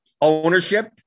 ownership